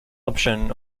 option